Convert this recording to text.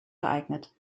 geeignet